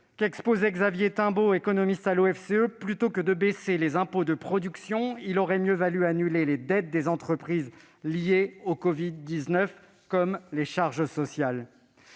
français des conjonctures économiques :« Plutôt que de baisser les impôts de production, il aurait mieux valu annuler les dettes des entreprises liées au covid-19, comme les charges sociales